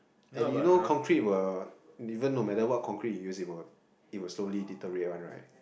and you know concrete will even no matter what concrete you use it will it will slowly deteriorate one right